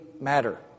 matter